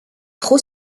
trop